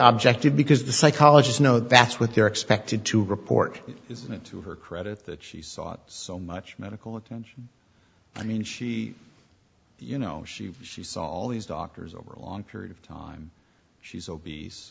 object to because the psychologist know that's what they're expected to report isn't it to her credit that she sought so much medical attention i mean she you know she she saw all these doctors over a long period of time she's obese